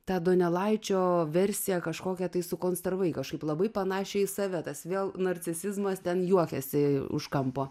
tą donelaičio versiją kažkokią tai sukonstravai kažkaip labai panašią į save tas vėl narcisizmas ten juokiasi už kampo